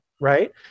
right